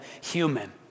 human